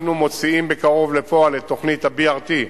אנחנו מוציאים בקרוב לפועל את תוכנית ה-BRT,